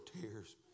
tears